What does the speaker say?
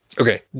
Okay